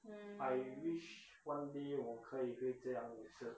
I wish one day 我可以再见她一次